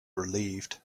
relieved